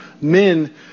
men